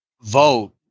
vote